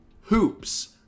hoops